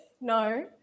no